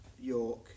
York